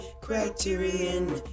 Criterion